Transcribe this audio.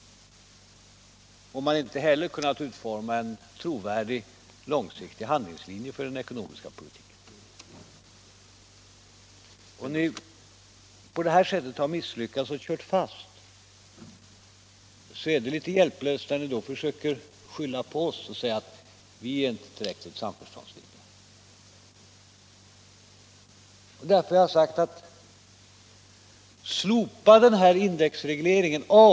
Regeringen har inte heller kunnat utforma ett trovärdigt och riktigt samhällsprogram för den ekonomiska politiken. Regeringen förefaller onekligen litet hjälplös när man i ett sådant läge skyller på oss och säger att vi inte är tillräckligt samarbetsvilliga. Jag vill säga till regeringen: Slopa indexregleringen!